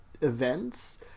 events